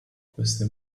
queste